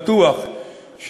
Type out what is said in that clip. ואני בטוח שבוועדה,